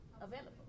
available